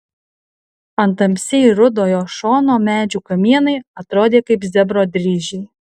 ant tamsiai rudo jo šono medžių kamienai atrodė kaip zebro dryžiai